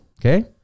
okay